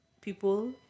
people